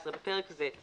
הגדרות 17. בפרק זה,